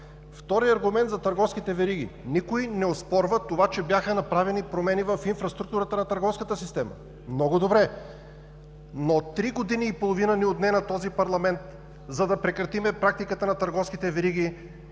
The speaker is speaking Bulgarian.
Вторият аргумент за търговските вериги – никой не оспорва това, че бяха направени промени в инфраструктурата на търговската система, много добре. Три години и половина отне на този парламент, за да прекратим практиката на търговските вериги